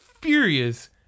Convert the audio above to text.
furious